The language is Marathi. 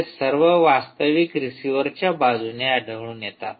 हे सर्व वास्तविक रिसीवरच्या बाजूने आढळून येतात